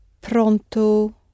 pronto